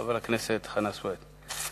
חבר הכנסת חנא סוייד.